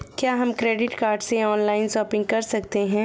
क्या हम credit card से ऑनलाइन शॉपिंग कर सकते हैं?